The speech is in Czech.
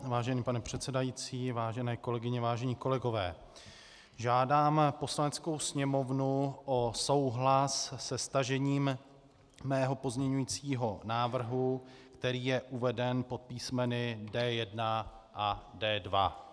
Vážený pane předsedající, vážené kolegyně, vážení kolegové, žádám Poslaneckou sněmovnu o souhlas se stažením svého pozměňujícího návrhu, který je uveden pod písmeny D1 a D2.